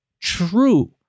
true